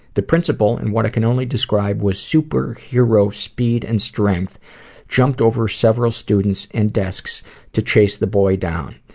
the principal in what i can only describe was super hero speed and strength jumped over several students and desks to chase the boy down.